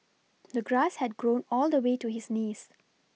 the grass had grown all the way to his knees